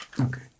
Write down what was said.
Okay